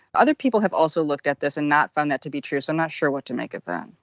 other people have also looked at this and not found that to be true, so i'm not sure what to make of that.